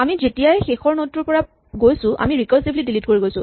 আমি যেতিয়াই শেষৰ নড টোৰ পৰা গৈছো আমি ৰিকাৰছিভলী ডিলিট কৰি গৈছো